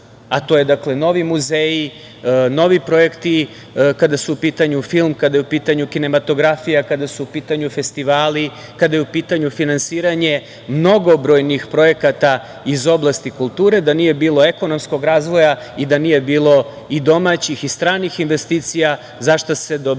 a to je novi muzeji, novi projekti kada su u pitanju film, kinematografija, kada su u pitanju festivali, kada je u pitanju finansiranje mnogobrojnih projekata iz oblasti kulture, da nije bilo ekonomskog razvoja i da nije bilo i domaćih i stranih investicija, za šta se dobrano